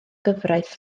gyfraith